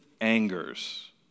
angers